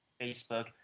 Facebook